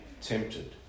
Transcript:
tempted